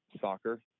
soccer